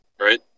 right